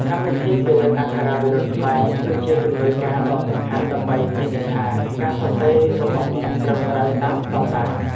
កម្មវិធីពិនិត្យអក្ខរាវិរុទ្ធខ្មែរ គឺជាជំនួយការដ៏សំខាន់ដើម្បីធានាថាការសរសេររបស់អ្នកត្រឹមត្រូវតាមស្ដង់ដារ។